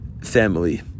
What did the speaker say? family